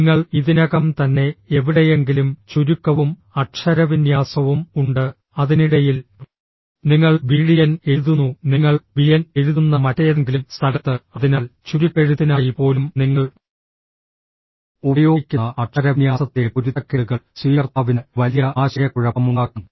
നിങ്ങൾ ഇതിനകം തന്നെ എവിടെയെങ്കിലും ചുരുക്കവും അക്ഷരവിന്യാസവും ഉണ്ട് അതിനിടയിൽ നിങ്ങൾ BETN എഴുതുന്നു നിങ്ങൾ BN എഴുതുന്ന മറ്റേതെങ്കിലും സ്ഥലത്ത് അതിനാൽ ചുരുക്കെഴുത്തിനായി പോലും നിങ്ങൾ ഉപയോഗിക്കുന്ന അക്ഷരവിന്യാസത്തിലെ പൊരുത്തക്കേടുകൾ സ്വീകർത്താവിന് വലിയ ആശയക്കുഴപ്പം ഉണ്ടാക്കും